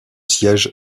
siège